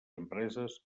empreses